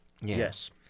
Yes